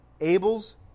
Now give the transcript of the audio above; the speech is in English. Abel's